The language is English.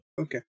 okay